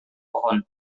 pohon